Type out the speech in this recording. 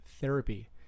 therapy